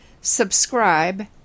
subscribe